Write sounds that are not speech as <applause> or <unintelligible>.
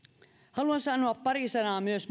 haluan sanoa pari sanaa myös <unintelligible>